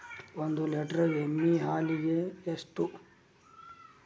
ಒಂದು ಲೇಟರ್ ಎಮ್ಮಿ ಹಾಲಿಗೆ ಎಷ್ಟು?